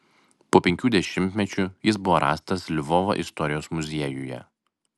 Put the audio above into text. po penkių dešimtmečių jis buvo rastas lvovo istorijos muziejuje